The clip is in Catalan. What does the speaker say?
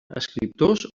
escriptors